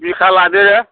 बिखा लादो